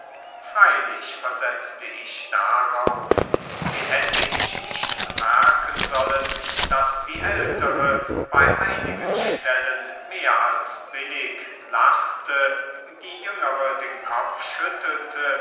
freilich versetzte ich darauf wie hätte ich nicht bemerken sollen daß die ältere bei einigen stellen mehr als billig lachte die jüngere den kopf schüttelte